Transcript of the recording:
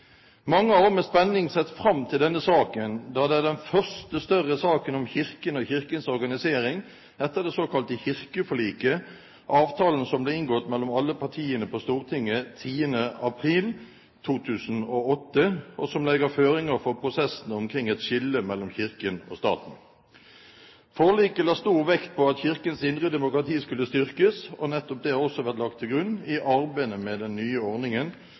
Mange har også med spenning sett fram til denne saken, da det er den første større saken om Kirken og Kirkens organisering etter det såkalte kirkeforliket, avtalen som ble inngått mellom alle partiene på Stortinget 10. april 2008, og som legger føringer for prosessene omkring et skille mellom Kirken og staten. Forliket la stor vekt på at Kirkens indre demokrati skulle styrkes, og nettopp det har også vært lagt til grunn i arbeidet med den nye ordningen